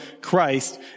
Christ